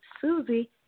Susie